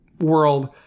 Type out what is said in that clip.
world